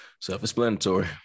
Self-explanatory